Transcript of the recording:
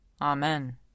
Amen